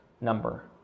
number